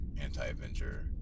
anti-Avenger